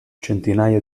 centinaia